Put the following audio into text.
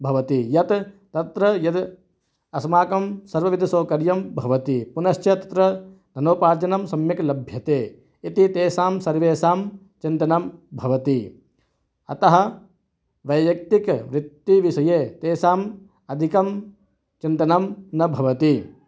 भवति यत् तत्र यद् अस्माकं सर्वविधसौकर्यं भवति पुनश्च तत्र धनोपार्जनं सम्यक् लभ्यते इति तेषां सर्वेषां चिन्तनं भवति अतः वैयक्तिकवृत्तिविषये तेषाम् अधिकं चिन्तनं न भवति